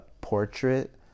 portrait